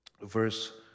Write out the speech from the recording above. verse